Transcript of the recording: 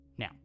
Now